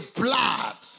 blood